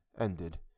ended